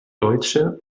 deutsche